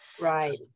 Right